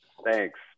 Thanks